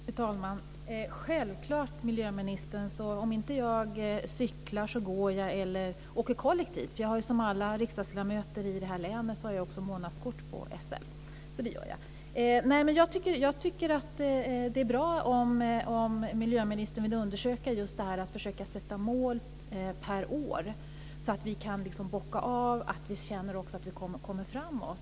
Fru talman! Självklart, miljöministern - om jag inte cyklar går jag eller åker kollektivt. Jag har som alla riksdagsledamöter i detta län månadskort på SL. Jag tycker att det är bra om miljöministern vill undersöka om man kan sätta mål för varje år, så att vi kan bocka av och så att vi känner att vi kommer framåt.